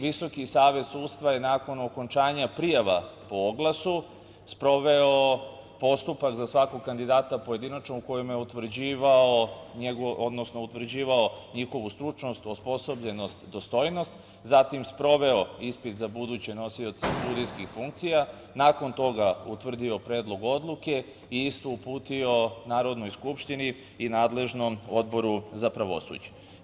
Visoki savet sudstva je nakon okončanja prijava po oglasu sproveo postupak za svakog kandidata pojedinačno, u kojima je utvrđivao njihovu stručnost, osposobljenost, dostojnost, zatim, sproveo ispit za buduće nosioce sudijskih funkcija, nakon toga utvrdio predlog odluke i istu uputio Narodnoj skupštini i nadležnom Odboru za pravosuđe.